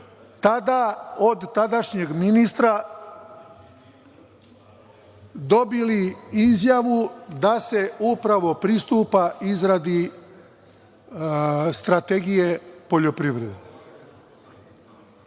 Tada smo od tadašnjeg ministra dobili izjavu da se upravo pristupa izradi strategije poljoprivrede.